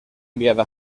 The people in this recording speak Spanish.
enviada